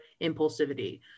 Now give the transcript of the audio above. impulsivity